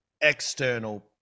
external